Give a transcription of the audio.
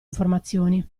informazioni